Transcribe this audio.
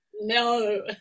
No